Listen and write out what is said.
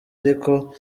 ariko